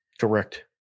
Correct